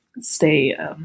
stay